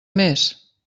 més